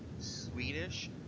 Swedish